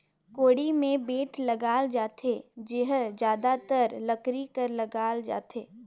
कोड़ी मे बेठ लगाल जाथे जेहर जादातर लकरी कर लगाल जाथे